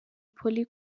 polly